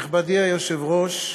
נכבדי היושב-ראש,